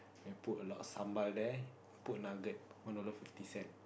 put a lot of sambal there put nugget one dollar fifty cent